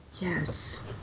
Yes